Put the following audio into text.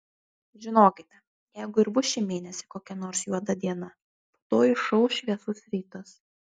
žinokite jeigu ir bus šį mėnesį kokia nors juoda diena po to išauš šviesus rytas